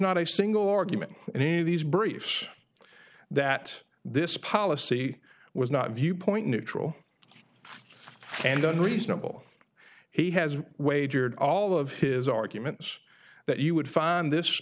not a single argument any of these briefs that this policy was not viewpoint neutral and reasonable he has wagered all of his arguments that you would find this